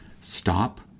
Stop